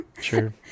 Sure